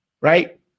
right